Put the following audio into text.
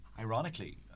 ironically